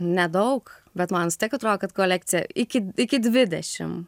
nedaug bet man vis tiek atrodo kad kolekcija iki iki dvidešim